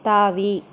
தாவி